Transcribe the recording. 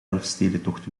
elfstedentocht